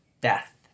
death